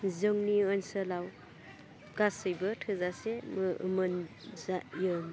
जोंनि ओनसोलाव गासैबो थोजासे मोनजायो